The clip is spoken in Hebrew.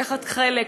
לקחת חלק,